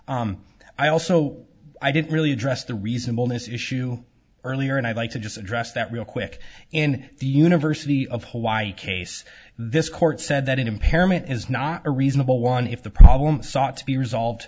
i also i didn't really address the reasonableness issue earlier and i'd like to just address that real quick in the university of hawaii case this court said that impairment is not a reasonable one if the problem sought to be resolved